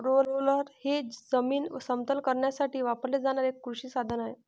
roller हे जमीन समतल करण्यासाठी वापरले जाणारे एक कृषी साधन आहे